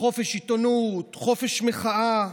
חופש עיתונות, חופש מחאה,